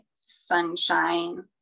sunshine